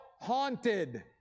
haunted